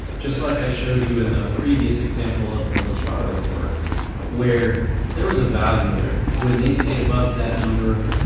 just like i showed you in the previous example of the lastrada report where there was a value there. when they stayed above that number,